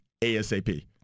ASAP